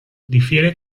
difiere